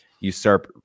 usurp